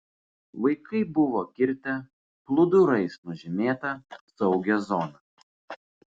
vaikai buvo kirtę plūdurais nužymėta saugią zoną